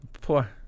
Poor